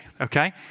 okay